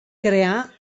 creà